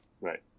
Right